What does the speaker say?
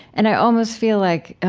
and i almost feel like,